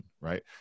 right